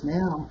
now